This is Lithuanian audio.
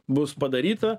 bus padaryta